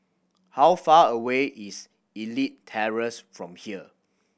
how far away is Elite Terrace from here